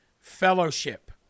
fellowship